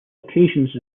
occasions